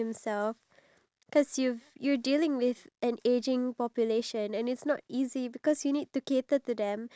then if we're not earning as much as we want to earn in a month we can't blame the government we have to blame ourselves